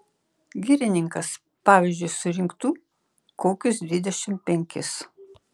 girininkas pavyzdžiui surinktų kokius dvidešimt penkis